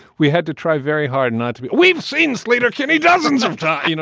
we had to try very hard not to. we've seen sleater-kinney dozens of times. you know,